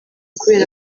kubera